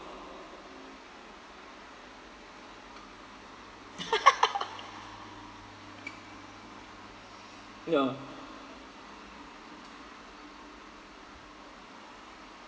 ya